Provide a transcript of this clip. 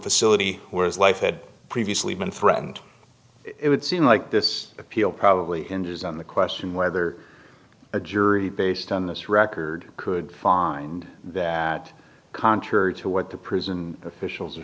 facility where his life had previously been threatened it would seem like this appeal probably and is on the question whether a jury based on this record could find that contrary to what the prison officials are